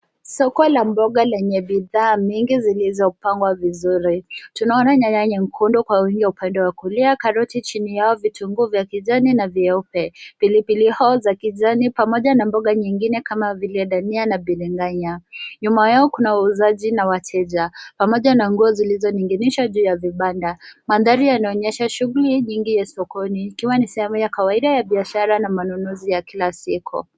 Soko la mboga lenye bidhaa mingi zilizopangwa vizuri. Tunaona nyanya nyekundu kwa wingi kwa upande wa kulia, karoti chini yao, vitunguu vya kijani na vyeupe, pilipili hoho za kijani pamoja na mboga nyingine kama vile ndania na biringanya. Nyuma yao kuna wauzaji na wateja pamoja na nguo zilizoning'inizwa juu ya vibanda. Madhari yanaonyesha shughuli nyingi ya sokoni, ikiwa ni sehemu ya kawaida ya biashara na manunuzi ya kila siku.